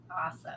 Awesome